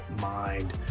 mind